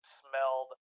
smelled